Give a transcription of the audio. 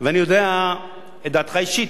ואני יודע את דעתך האישית.